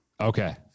Okay